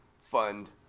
Fund